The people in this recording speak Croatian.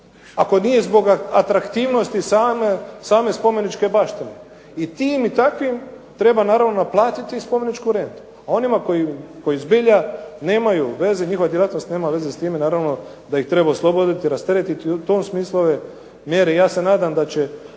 ako nije zbog atraktivnosti same spomeničke baštine. I tim i takvim treba naravno naplatiti spomeničku rentu. Onima koji zbilja nemaju veze, njihova djelatnost nema veze s time, naravno da ih treba osloboditi, rasteretiti i u tom smislu ove mjere ja se nadam da će